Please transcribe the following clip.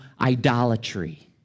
idolatry